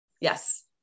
yes